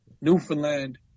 Newfoundland